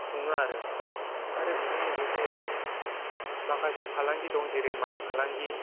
खुङो आरो आरो बिजों लोगोसे माखासे फालांगि दं जेरै माइ फालांगि